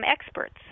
experts